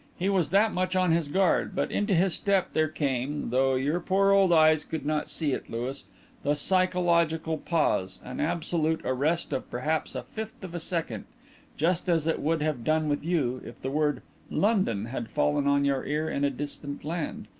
he was that much on his guard but into his step there came though your poor old eyes could not see it, louis the psychological pause an absolute arrest of perhaps a fifth of a second just as it would have done with you if the word london had fallen on your ear in a distant land.